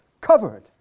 covered